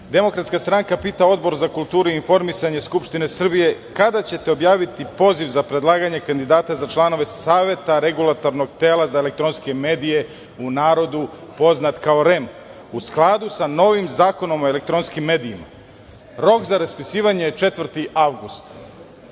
puno. Demokratska stranka pita Odbor za kulturu i informisanje Skupštine Srbije - kada ćete objaviti poziv za predlaganje kandidata za članove Saveta Regulatornog tela za elektronske medije, u narodu poznat kao REM, u skladu sa novim Zakonom o elektronskim medijima? Rok za raspisivanje je 4. avgust.